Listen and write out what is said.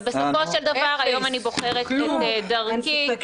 ובסופו של דבר היום אני בוחרת את דרכי -- אפס,